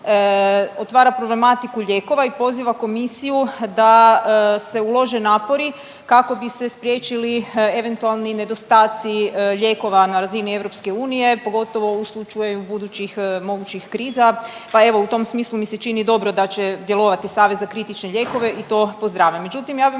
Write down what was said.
otvara problematiku lijekova i poziva komisiju da se uložile napori kako bi se spriječili eventualni nedostaci lijekova na razini EU pogotovo u slučaju budućih mogućih kriza, pa evo u tom smislu mi se čini dobro da će djelovati savez za kritične lijekove i to pozdravljam.